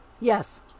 Yes